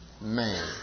man